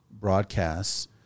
broadcasts